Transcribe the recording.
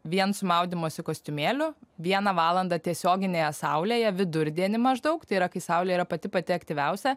vien su maudymosi kostiumėliu vieną valandą tiesioginėje saulėje vidurdienį maždaug tai yra kai saulė yra pati pati aktyviausia